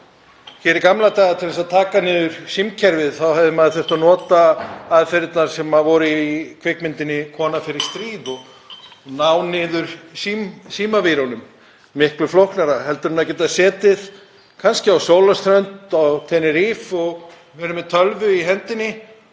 Hér í gamla daga, til að taka niður símkerfi, þá hefði maður þurfti að nota aðferðirnar sem voru í kvikmyndinni Kona fer í stríð og ná niður símavírunum, miklu flóknara heldur en að geta setið kannski á sólarströnd á Tenerife og verið með tölvu í hendinni